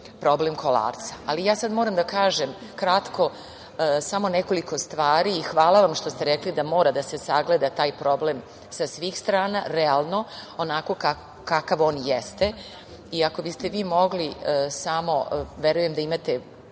problem Kolarca. Ja sad moram da kažem kratko samo nekoliko stvari i hvala vam što ste rekli da mora da se sagleda taj problem sa svih strana, realno, onako kakav on jeste. Ako biste vi mogli samo… Verujem da imate